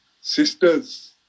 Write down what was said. Sisters